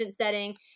setting